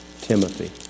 Timothy